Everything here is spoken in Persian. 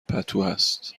پتوهست